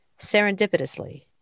serendipitously